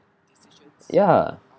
ya